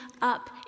up